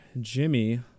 Jimmy